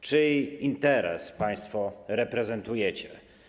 Czyj interes państwo reprezentujecie?